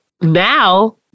now